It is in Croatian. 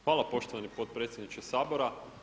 Hvala poštovani potpredsjedniče Sabora.